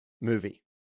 movie